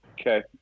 Okay